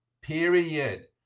Period